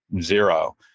zero